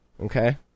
Okay